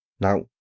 Now